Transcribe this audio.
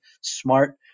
smart